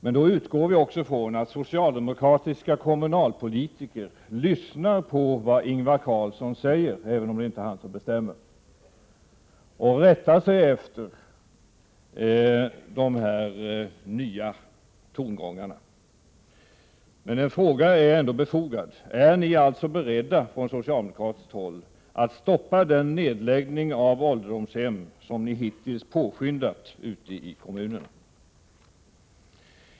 Men då utgår vi också från att socialdemokratiska kommunalpolitiker lyssnar på vad Ingvar Carlsson säger, även om det inte är han som bestämmer, och rättar sig efter dessa nya tongångar. En fråga är ändå befogad: Är ni från socialdemokratiskt håll beredda att stoppa den nedläggning av ålderdomshem som ni hittills påskyndat ute i kommunerna?